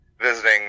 visiting